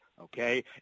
Okay